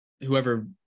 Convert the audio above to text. whoever